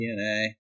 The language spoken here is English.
DNA